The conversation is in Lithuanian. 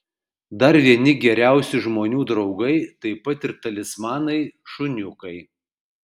dar vieni geriausi žmonių draugai taip pat ir talismanai šuniukai